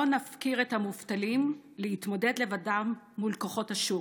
לא נפקיר את המובטלים להתמודד לבדם מול כוחות השוק.